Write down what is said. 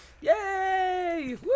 Yay